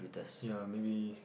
ya maybe